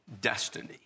destiny